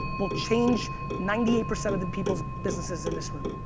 will change ninety eight percent of the people's businesses in this room.